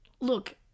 look